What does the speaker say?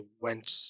went